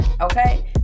okay